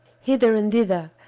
hither and thither,